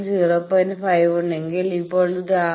5 ഉണ്ടെങ്കിൽ ഇപ്പോൾ ΓL0